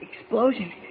Explosion